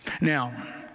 Now